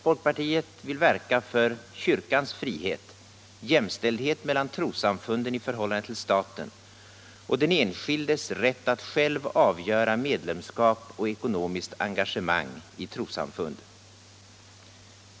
Folkpartiet vill verka för kyrkans frihet, jämställdhet mellan trossamfunden i förhållande till staten och den enskildes rätt att själv avgöra medlemskap och ekonomiskt engagemang i trossamfund.